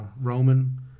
Roman